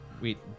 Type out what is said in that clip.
Wait